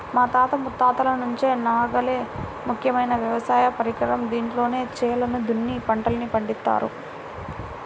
మా తాత ముత్తాతల నుంచి నాగలే ముఖ్యమైన వ్యవసాయ పరికరం, దీంతోనే చేలను దున్ని పంటల్ని పండిత్తారు